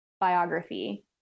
biography